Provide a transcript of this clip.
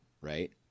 right